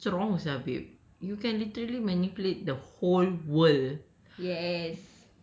ya eh it's damn strong sia babe you can literally manipulate the whole world